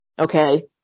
Okay